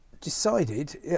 decided